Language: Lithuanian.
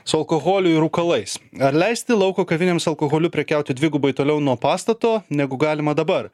su alkoholiu ir rūkalais ar leisti lauko kavinėms alkoholiu prekiauti dvigubai toliau nuo pastato negu galima dabar